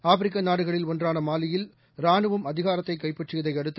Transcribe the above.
ஆப்பிரிக்கநாடுகளில் ஒன்றானமாலியில் ரானுவம் அதிகாரத்தைகைப்பற்றியதைஅடுத்து